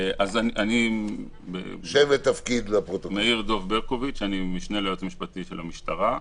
אני המשנה ליועץ המשפטי של המשטרה.